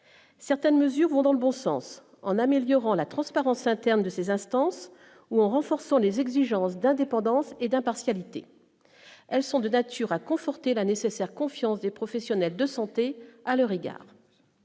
certaines mesures vont dans le bon sens en améliorant la transparence interne de ses instances ou en renforçant les exigences d'indépendance et d'impartialité, elles sont de nature à conforter la nécessaire confiance des professionnels de santé à leur égard,